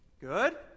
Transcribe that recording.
Good